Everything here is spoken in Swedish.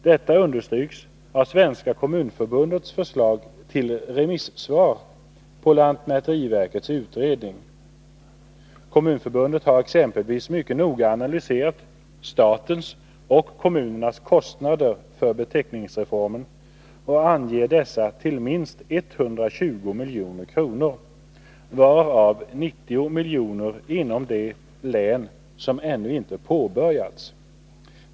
Detta understryks av Svenska kommunförbundets förslag till remissvar på lantmäteriverkets utredning. Kommunförbundet har exempelvis mycket noga analyserat statens och kommunernas kostnader för beteckningsreformen och anger dessa till minst 120 milj.kr., varav 90 miljoner inom de län där arbetet ännu inte påbörjats.